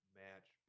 match